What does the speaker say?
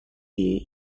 you